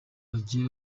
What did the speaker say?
bagiye